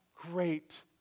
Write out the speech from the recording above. Great